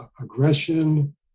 aggression